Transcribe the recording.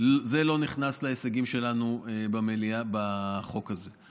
זה לא נכנס להישגים שלנו בחוק הזה.